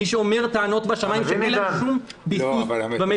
מי שאומר טענות בשמיים שאין להן שום ביסוס במציאות